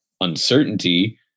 uncertainty